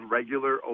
regular